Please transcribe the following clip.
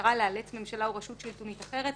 במטרה לאלץ ממשלה או רשות שלטונית אחרת,